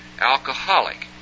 alcoholic